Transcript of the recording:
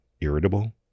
irritable